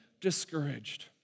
discouraged